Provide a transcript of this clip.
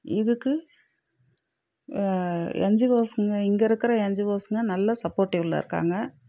இதுக்கு என்ஜிஓஸுங்க இங்கே இருக்கிற என்ஜிஓஸுங்க நல்ல சப்போடிவ்வில் இருக்காங்க